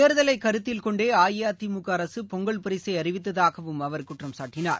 தேர்தலை கருத்தில் கொண்டே அஇஅதிமுக அரசு பொங்கல் பரிசை அறிவித்ததாகவும் அவர் குற்றம் சாட்டினார்